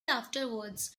afterwards